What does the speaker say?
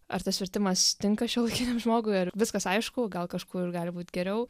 ar tas vertimas tinka šiuolaikiniam žmogui ar viskas aišku gal kažkur gali būt geriau